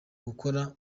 gukora